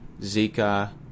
Zika